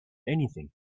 anything